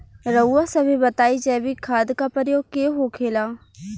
रउआ सभे बताई जैविक खाद क प्रकार के होखेला?